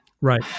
right